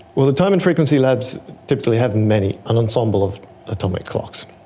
well the time and frequency labs typically have many, an ensemble of atomic clocks.